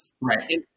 Right